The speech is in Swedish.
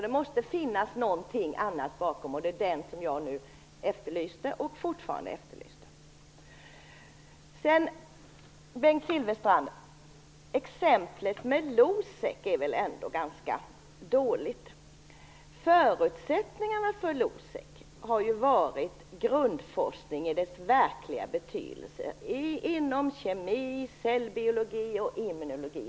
Det måste finnas någonting annat bakom, och det är detta som jag nu efterlyser. Bengt Silfverstrand! Exemplet med Losec är väl ändå ganska dåligt. Förutsättningarna för Losec har ju varit grundforskning i dess verkliga betydelse inom kemi, cellbiologi och immunologi.